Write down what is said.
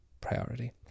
priority